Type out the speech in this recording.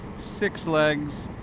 six legs,